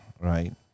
right